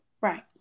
right